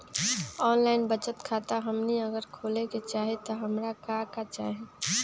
Online बचत खाता हमनी अगर खोले के चाहि त हमरा का का चाहि?